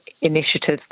initiatives